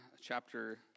chapter